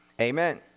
Amen